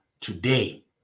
today